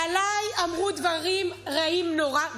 כשעליי אמרו דברים רעים נורא,